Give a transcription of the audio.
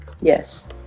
Yes